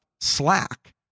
slack